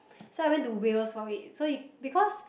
so I went to Wales for it so you~ because